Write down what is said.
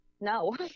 no